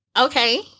Okay